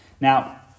Now